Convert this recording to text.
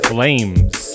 Flames